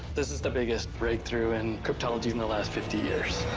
this is the biggest breakthrough in cryptology in the last fifty years.